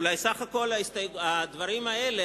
אולי סך הכול הדברים האלה,